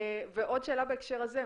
ועוד שאלה בהקשר הזה,